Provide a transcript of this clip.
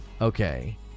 Okay